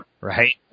Right